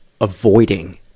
avoiding